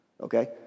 Okay